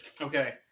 Okay